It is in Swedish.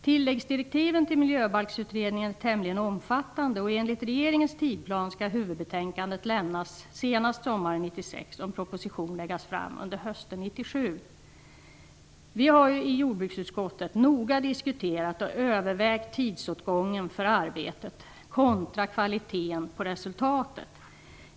Tilläggsdirektiven till Miljöbalksutredningen är tämligen omfattande. Enligt regeringens tidsplan skall huvudbetänkandet lämnas senast sommaren 1996 och en proposition läggas fram under hösten 1997. Vi har i jordbruksutskottet noga diskuterat och övervägt tidsåtgången för arbetet kontra kvalitén på resultatet.